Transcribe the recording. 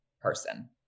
person